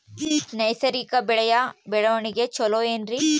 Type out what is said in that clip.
ನೈಸರ್ಗಿಕ ಬೆಳೆಯ ಬೆಳವಣಿಗೆ ಚೊಲೊ ಏನ್ರಿ?